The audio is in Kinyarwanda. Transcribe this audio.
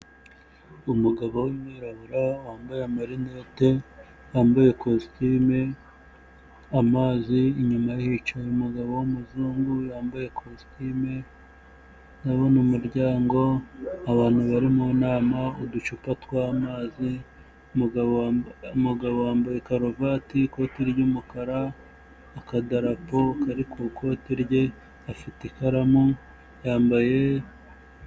Umugabo w'umwirabura wambaye amarinete, wambaye kositime, amazi, inyuma hicaye umugabo w'umuzungu wambaye kositime, ndabona umuryango, abantu bari mu nama, uducupa tw'amazi, umugabo wambaye karuvati, ikoti ry'umukara, akadarapo kari ku ikote rye, afite ikaramu, yambaye